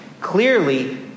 clearly